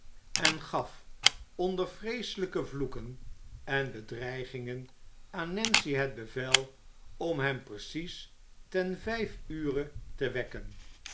en gaf onder vreeselijke vloeken en bedreigingen aan nancy het bevel om hem precies ten vijf ure te wekken